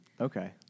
Okay